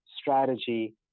strategy